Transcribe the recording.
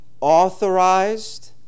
authorized